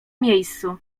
miejscu